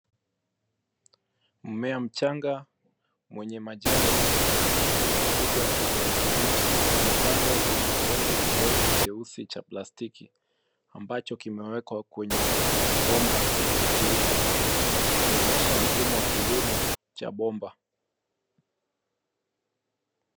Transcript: Mmea mchanga mwenye majani makubwa ya kijani kibichi, umepandwa kwenye kikombe kidogo jeusi cha plastiki ambacho kimewekwa kwenye bomba jeupe ikionyesha mfumo wa kilimo cha bomba.